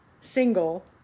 single